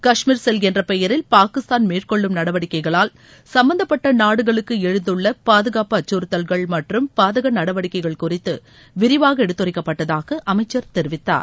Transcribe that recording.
Kashmir cell என்ற பெயரில் பாகிஸ்தான் மேற்கொள்ளும் நடவடிக்கைகளால் சம்மந்தப்பட்ட நாடுகளுக்கு எழுந்துள்ள பாதுகாப்பு அச்சுறுத்தல்கள் மற்றும் பாதக நடவடிக்கைகள் குறித்து விரிவாக எடுத்துரைக்கப்பட்டதாக அமைச்சர் தெரிவித்தார்